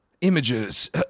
Images